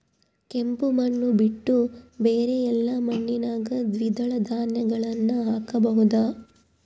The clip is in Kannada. ಕೆಂಪು ಮಣ್ಣು ಬಿಟ್ಟು ಬೇರೆ ಎಲ್ಲಾ ಮಣ್ಣಿನಾಗ ದ್ವಿದಳ ಧಾನ್ಯಗಳನ್ನ ಹಾಕಬಹುದಾ?